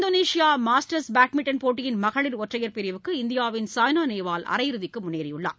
Indonesia masters badminton போட்டியின் மகளிர் ஒற்றையர் பிரிவில் இந்தியாவின் சாய்னா நேவால் அரை இறுதிக்கு முன்னேறியுள்ளார்